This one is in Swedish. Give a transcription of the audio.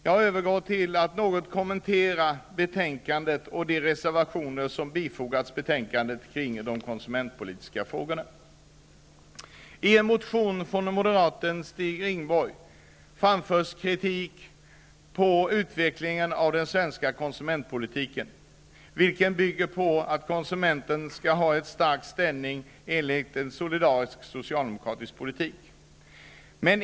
Jag skall så något kommentera skrivningen i betänkandet och de reservationer som fogats till detta betänkande om konsumentpolitiska frågor. Rindborg framförs kritik mot utvecklingen av den svenska konsumentpolitiken, vilken bygger på att konsumenten skall ha en stark ställning enligt en solidarisk socialdemokratisk politik.